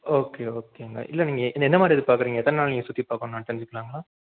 okay ஓகேங்க இல்லை நீங்கள் நீ எந்த மாதிரி எதிர்பார்க்கறீங்க எத்தனை நாள் நீங்கள் சுற்றிப் பார்க்கணும் நான் தெரிஞ்சுக்கலாங்களா